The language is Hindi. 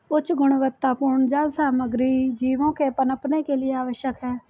उच्च गुणवत्तापूर्ण जाल सामग्री जीवों के पनपने के लिए आवश्यक है